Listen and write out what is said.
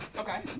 Okay